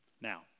Now